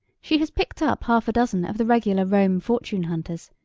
she has picked up half a dozen of the regular roman fortune hunters,